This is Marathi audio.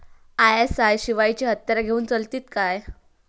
आय.एस.आय शिवायची हत्यारा घेऊन चलतीत काय?